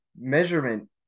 measurement